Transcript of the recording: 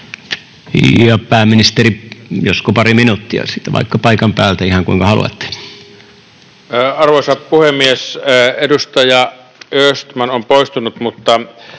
Pääministeri. Josko pari minuuttia vaikka paikan päältä, ihan kuinka haluatte. Arvoisa puhemies! Edustaja Östman on poistunut, mutta